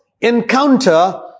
encounter